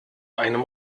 einem